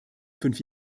fünf